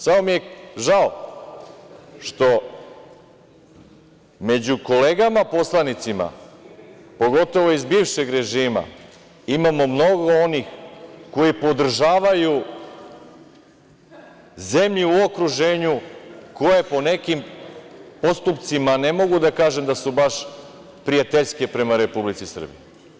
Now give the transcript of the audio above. Samo mi je žao što među kolegama poslanicima, pogotovo iz bivšeg režima, imamo mnogo onih koji podržavaju zemlje u okruženju koje po nekim postupcima ne mogu da kažem da su baš prijateljske prema Republici Srbiji.